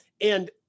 And-